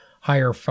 higher